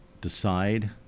decide